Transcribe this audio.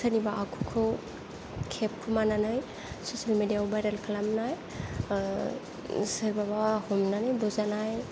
सोरनिबा आखुखौ खेबखुमानानै ससेल मिडियायाव बायरेल खालामनाय सोरबाबा हमनानै बुजानाय